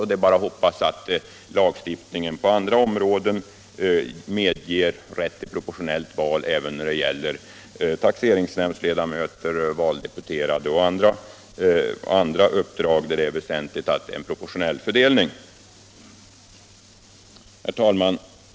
Det är bara att hoppas att lagstiftningen på andra områden medger rätt till proportionellt val även när det gäller taxeringsnämndsledamöter, valdeputerade och andra uppdrag där det är väsentligt med proportionell fördelning, men nu ej föreligger lagfäst rätt därtill.